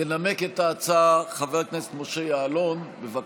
ינמק את ההצעה חבר הכנסת משה יעלון, בבקשה.